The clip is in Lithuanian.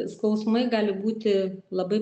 skausmai gali būti labai